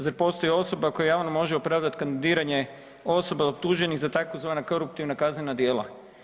Zar postoji osoba koja može javno opravdati kandidiranje osoba optuženih za tzv. koruptivna kaznena djela?